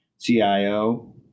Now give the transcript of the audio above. CIO